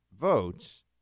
votes